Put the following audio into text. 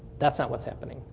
that's not what's happening.